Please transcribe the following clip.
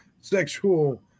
sexual